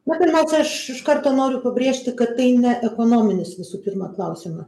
na pirmiausia aš iš karto noriu pabrėžti kad tai ne ekonominis visų pirma klausima